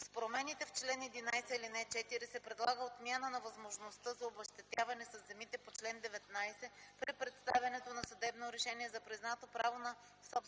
С промените в чл. 11, ал. 4 се предлага отмяна на възможността за обезщетяване със земите по чл. 19 при представянето на съдебно решение за признато право на собственост